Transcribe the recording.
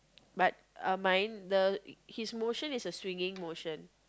but uh mine the his motion is a swinging motion